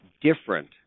different